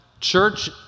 church